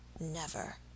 Never